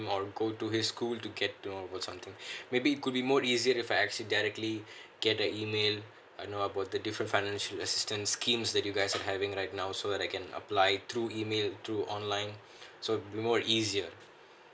more go to his school to get over something maybe could be more easier if I accidentally get the email I know about the different financial assistance scheme that you guys are having right now so that I can apply through email through online so be more easier